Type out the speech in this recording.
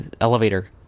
elevator